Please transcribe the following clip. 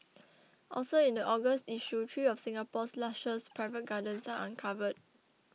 also in the August issue three of Singapore's lushest private gardens are uncovered